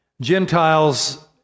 Gentiles